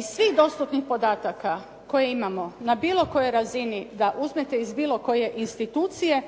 Iz svih dostupnih podataka koje imamo na bilo kojoj razini, da uzmete iz bilo koje institucije,